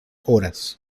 horas